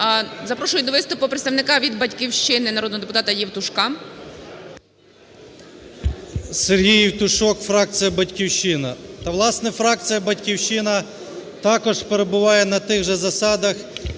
Запрошую до виступу представника від "Батьківщини" народного депутата Євтушка. 16:33:53 ЄВТУШОК С.М. Сергій Євтушок, фракція "Батьківщина". Та, власне, фракція "Батьківщина" також перебуває на тих же засадах